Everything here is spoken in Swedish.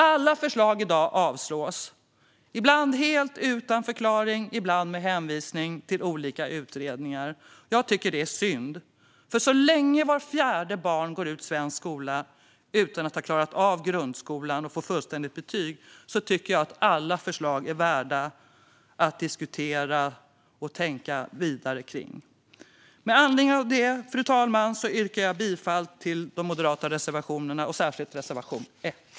Alla förslag i dag avslås, ibland helt utan förklaring, ibland med hänvisning till olika utredningar. Jag tycker att det är synd, för så länge vart fjärde barn går ut svensk skola utan att ha klarat av grundskolan och fått fullständigt betyg tycker jag att alla förslag är värda att diskutera och tänka vidare kring. Med anledning av detta, fru talman, yrkar jag bifall till reservation 1.